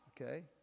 okay